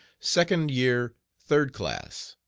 second year third class.